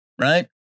right